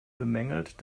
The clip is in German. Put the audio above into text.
bemängelt